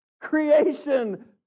Creation